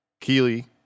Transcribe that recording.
Keely